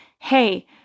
Hey